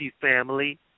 family